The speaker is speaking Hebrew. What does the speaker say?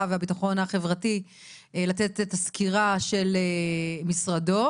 והביטחון החברתי לתת את הסקירה של משרדו,